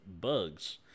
bugs